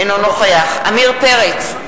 אינו נוכח עמיר פרץ,